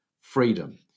freedom